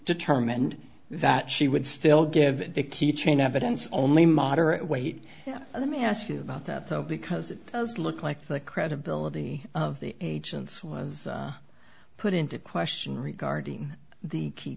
determined that she would still give the key chain evidence only moderate wait let me ask you about that though because it does look like the credibility of the agents was put into question regarding the key